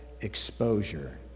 exposure